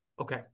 Okay